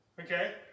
Okay